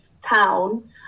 town